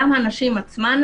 גם הנשים עצמן,